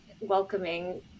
welcoming